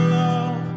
love